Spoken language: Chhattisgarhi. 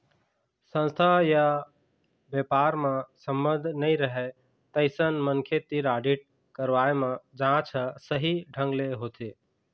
संस्था य बेपार म संबंध नइ रहय तइसन मनखे तीर आडिट करवाए म जांच ह सही ढंग ले होथे